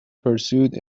pursued